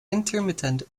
intermittent